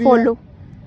follow